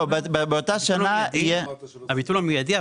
הביטול הוא מיידי,